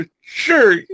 sure